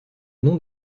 nom